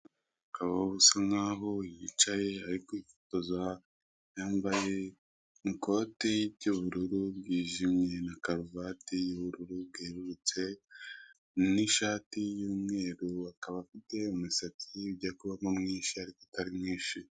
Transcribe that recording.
Umugabo usa nkaho yicaye ari kwifotoza, yambaye ikote ry'ubururu bwijimye na karuvati y'ubururu bwerurutse, n'ishati y'umweru akaba afite umusatsi ujya kuba mo mwinshi ariko atari mwinshi.